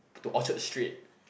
to Orchard street